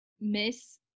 Miss